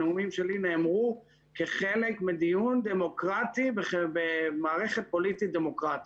הנאומים שלי נאמרו כחלק מדיון דמוקרטי במערכת פוליטית דמוקרטית.